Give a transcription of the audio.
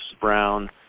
brown